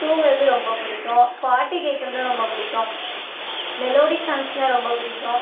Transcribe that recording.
துங்குறது ரொம்ப பிடிக்கும் பாட்டு கேட்குறதும் ரொம்ப பிடிக்கும் மெலோடி சாங்ஸ்னால் ரொம்ப பிடிக்கும்